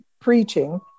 preaching